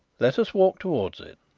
let us walk towards it.